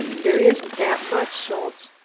there isn't that much, schultze.